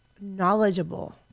knowledgeable